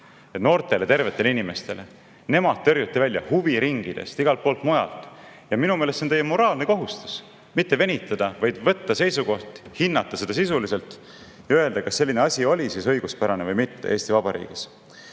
noortele tervetele inimestele. Nad tõrjuti välja huviringidest, igalt poolt mujalt. Minu meelest see on teie moraalne kohus mitte venitada, vaid võtta seisukoht, hinnata seda sisuliselt ja öelda, kas selline asi oli siis Eesti Vabariigis